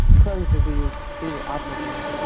crohn's disease to autism,